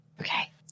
Okay